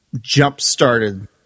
jump-started